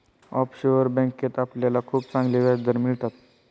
offshore बँकेत आपल्याला खूप चांगले व्याजदर मिळतात